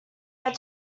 are